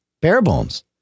Barebones